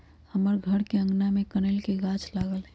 हमर घर के आगना में कनइल के गाछ लागल हइ